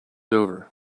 over